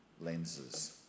lenses